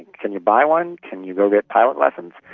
can you buy one? can you go get pilot lessons?